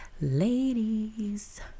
Ladies